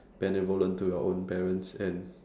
benevolent to your own parents and